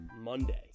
Monday